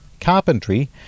carpentry